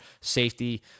safety